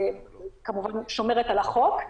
כמובן שומרת על החוק,